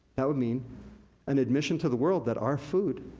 that would mean an admission to the world that our food